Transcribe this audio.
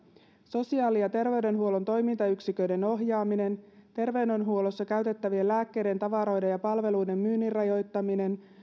sosiaali ja terveydenhuollon toimintayksiköiden ohjaaminen terveydenhuollossa käytettävien lääkkeiden tavaroiden ja palveluiden myynnin rajoittaminen